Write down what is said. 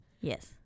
yes